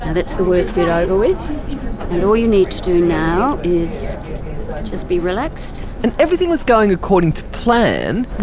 that's the worst bit over with. and all you need to do now is just be relaxed. and everything was going going to plan,